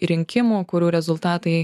rinkimų kurių rezultatai